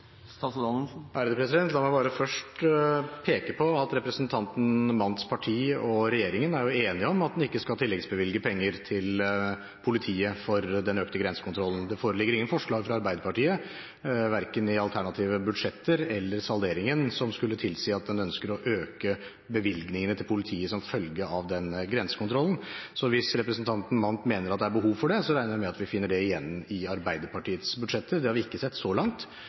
at representanten Mandts parti og regjeringen er enige om at en ikke skal tilleggsbevilge penger til politiet på grunn av den økte grensekontrollen. Det foreligger ingen forslag fra Arbeiderpartiet, verken i alternative budsjetter eller i salderingen, som skulle tilsi at en ønsker å øke bevilgningene til politiet som følge av grensekontrollen. Hvis representanten Mandt mener at det er behov for det, regner jeg med at vi finner det igjen i Arbeiderpartiets budsjetter. Det har vi ikke sett så langt